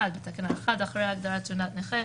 1. תקנה 1 אחרי הגדרת של תעודת נכה,